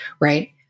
right